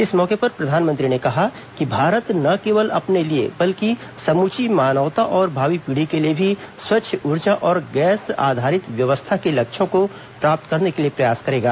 इस मौके पर प्रधानमंत्री ने कहा कि भारत न केवल अपने लिए बल्कि समूची मानवता और भावी पीढ़ी के लिए भी स्वच्छ ऊर्जा और गैस आधारित व्यवस्था के लक्ष्यों को प्राप्त करने के लिए प्रयास करेगा